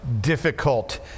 difficult